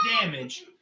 damage